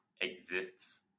exists